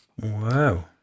Wow